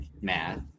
math